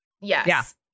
Yes